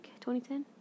2010